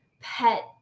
pet